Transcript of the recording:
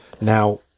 Now